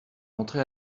rentré